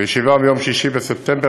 בישיבה ביום 6 בספטמבר,